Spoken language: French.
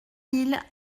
mille